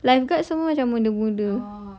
lifeguard semua macam muda-muda